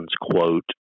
quote